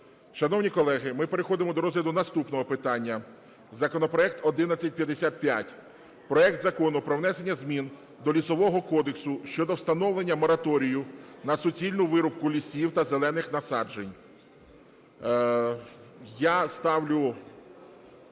Шановні колеги, ми переходимо до розгляду наступного питання - законопроект 1155. Проект Закону про внесення змін до Лісового кодексу щодо встановлення мораторію на суцільну вирубку лісів та зелених насаджень. Я ставлю